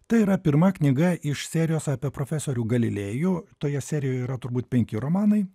tai yra pirma knyga iš serijos apie profesorių galilėjų toje serijoje yra turbūt penki romanai